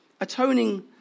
Atoning